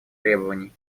требований